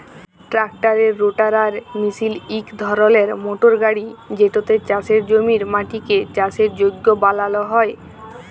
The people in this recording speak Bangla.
ট্রাক্টারের রোটাটার মিশিল ইক ধরলের মটর গাড়ি যেটতে চাষের জমির মাটিকে চাষের যগ্য বালাল হ্যয়